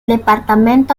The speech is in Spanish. departamento